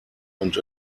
und